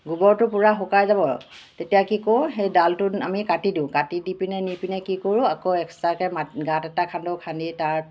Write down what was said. গোবৰটো পূৰা শুকাই যাব তেতিয়া কি কৰোঁ সেই ডালটো আমি কাটি দিওঁ কাটি দি পিনে নি পিনে কি কৰোঁ আকৌ এক্সট্ৰাকৈ গাঁত এটা খান্দি তাত